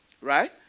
right